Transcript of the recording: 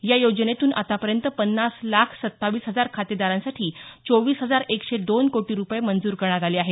या योजनेतून आतापर्यंत पन्नास लाख सत्तावीस हजार खातेदारांसाठी चोवीस हजार एकशे दोन कोटी रुपये मंजूर करण्यात आले आहेत